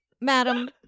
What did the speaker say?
madam